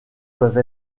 peuvent